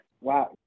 Wow